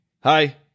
hi